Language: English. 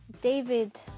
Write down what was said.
David